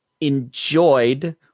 enjoyed